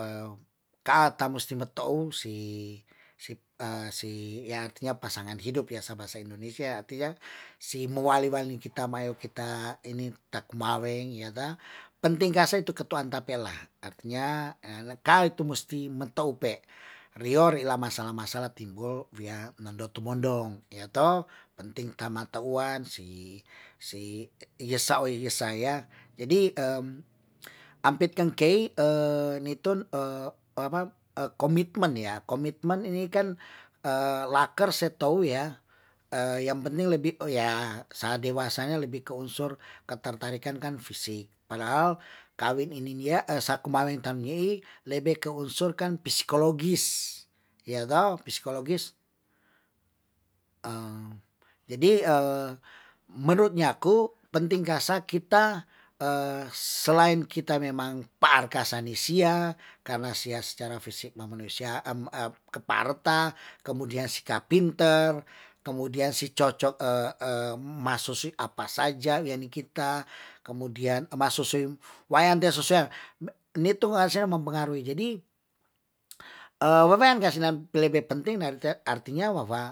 ka'a tamusti mo tou si si ya artinya pasangan hidup ya sa bahasa indonesia artinya si mowale waling kita mae kita ini takumaweng iyo toh, penting kase itu katu itu antapela. Artinya, lakale tu musti metoupe rio ri' la masalah- masalah timbul, wia nondo tumondong, iyo toh. Penting tamata uan si iye sa' o iye saya, jadi ampit kengkei nitun apa, komitmen ya, komiteman ini kan laker se tou ya yang penting lebih ya dewasa, dewasanya lebih ke unsur ketertarikan kan fisik, padahal kaweng ini nia sakumaweng tenghi lebe ke unsur kan psikologis. Iyo toh, psikologis jadi menurut nyaku penting kasa kita selain kita memang par kasani sia, karna sia secara fisik memenuhi sya- keparetan, kemudian sikap pinter, kemudian si maso si apa saja wiyanikita, kemudian maso si wayan tu sesian nitung hasilnya memengaruhi. Jadi, wewean kasinan lebe penting dari artinya wa wa